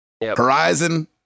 Horizon